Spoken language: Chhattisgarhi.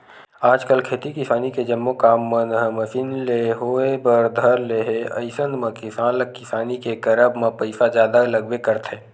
आजकल खेती किसानी के जम्मो काम मन ह मसीन ले होय बर धर ले हे अइसन म किसान ल किसानी के करब म पइसा जादा लगबे करथे